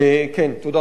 כן, תודה רבה.